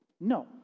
no